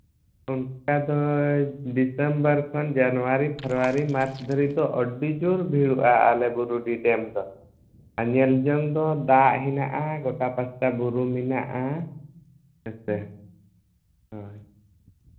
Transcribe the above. ᱚᱱᱠᱟ ᱫᱚ ᱰᱤᱥᱮᱢᱵᱚᱨ ᱠᱷᱚᱱ ᱡᱟᱱᱩᱣᱟᱨᱤ ᱯᱷᱮᱵᱽᱨᱩᱣᱟᱨᱤ ᱢᱟᱨᱪ ᱫᱷᱟᱹᱨᱤᱡ ᱫᱚ ᱟᱹᱰᱤ ᱡᱳᱨ ᱵᱷᱤᱲᱚᱜᱼᱟ ᱟᱞᱮ ᱵᱩᱨᱩᱰᱤ ᱰᱮᱢ ᱫᱚ ᱟᱨ ᱧᱮᱞ ᱡᱚᱝ ᱫᱚ ᱫᱟᱜ ᱦᱮᱱᱟᱜᱼᱟ ᱜᱳᱴᱟ ᱯᱟᱥᱴᱟ ᱵᱩᱨᱩ ᱢᱮᱱᱟᱜᱼᱟ ᱦᱮᱸᱥᱮ ᱦᱳᱭ